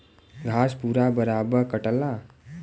घास पूरा बराबर कटला